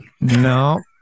No